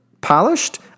polished—